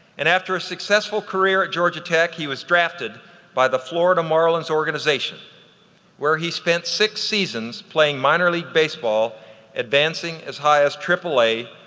and after a successful career at georgia tech he was drafted by the florida marlins organization where he spent six seasons playing minor league baseball advancing as high as aaa,